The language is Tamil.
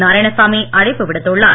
நாராயணசாமி அழைப்பு விடுத்துள்ளார்